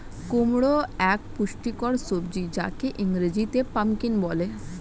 কুমড়ো এক পুষ্টিকর সবজি যাকে ইংরেজিতে পাম্পকিন বলে